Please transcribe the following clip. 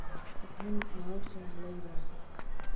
ꯑꯊꯨꯝ ꯑꯍꯥꯎꯁꯤꯡ ꯂꯩꯕ꯭ꯔꯥ